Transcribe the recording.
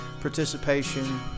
participation